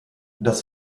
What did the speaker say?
das